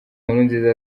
nkurunziza